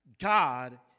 God